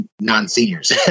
non-seniors